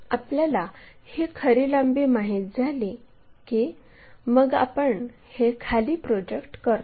आपल्याला ही खरी लांबी माहित झाली की मग आपण हे खाली प्रोजेक्ट करतो